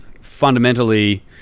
fundamentally